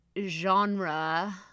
genre